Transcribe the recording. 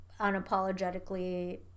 unapologetically